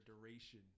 duration